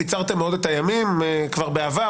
קיצרתם מאוד את הימים כבר בעבר,